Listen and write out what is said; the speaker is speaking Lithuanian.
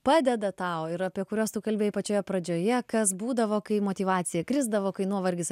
padeda tau ir apie kuriuos tu kalbėjai pačioje pradžioje kas būdavo kai motyvacija krisdavo kai nuovargis